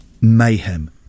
Mayhem